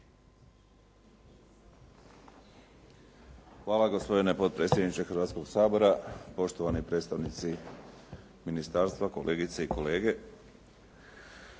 Hvala gospodine potpredsjedniče Hrvatskoga sabora, poštovani predstavnici ministarstva, kolegice i kolege.